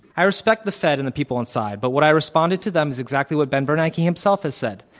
i respect the fed and the people inside, but what i responded to them is exactly what ben bernanke himself has said,